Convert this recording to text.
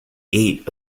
ate